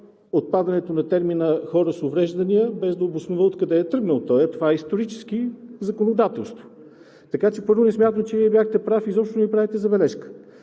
отпадането на термина „хора с увреждания“, без да обоснова откъде е тръгнал той. Това е историческо законодателство. Така че, първо, не смятам, че бяхте прав изобщо да ми правите забележка.